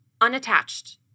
unattached